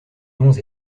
dons